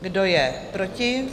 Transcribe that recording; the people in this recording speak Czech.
Kdo je proti?